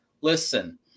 listen